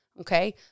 okay